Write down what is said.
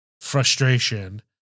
frustration